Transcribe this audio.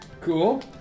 Cool